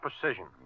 precision